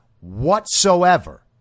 whatsoever